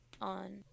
on